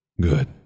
good